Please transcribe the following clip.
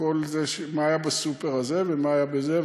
מה היה בסופר הזה ומה היה בזה,